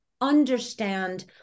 understand